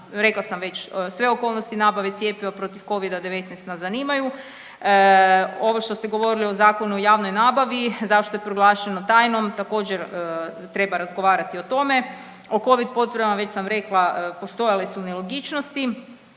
rekla sam već, sve okolnosti nabave cjepiva protiv Covida 19 nas zanimaju. Ovo što ste govorili o Zakonu u javnoj nabavi, zašto je proglašeno tajnom, također treba razgovarati o tome. O Covid potvrdama, već sam rekla postojale su nelogičnosti.